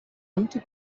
empty